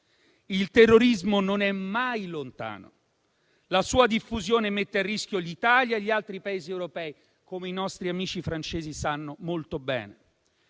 Il terrorismo non è mai lontano. La sua diffusione mette a rischio l'Italia e gli altri Paesi europei, come i nostri amici francesi sanno molto bene.